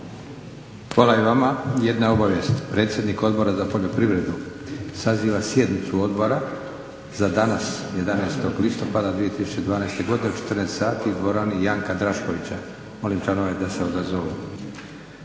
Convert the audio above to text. Hvala i vama. Jedna obavijest. Predsjednik Odbora za poljoprivredu saziva sjednicu Odbora za danas 11. listopada 2012. U 14,00 sati u dvorani Janka Draškovića. Molim članove da se odazovu.